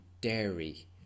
dairy